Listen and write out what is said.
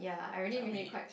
yeah we